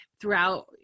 throughout